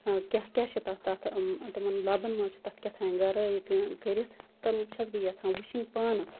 کیاہ کیاہ چھُ تَتھ تتھ تِمَن لَبَن مَنٛز چھِ تتھ کیاہ تام گَرٲے کٔرِتھ تِم چھَس بہٕ یَژھان وٕچھٕنۍ پانہٕ